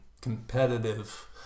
competitive